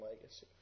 Legacy